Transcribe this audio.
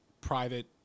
private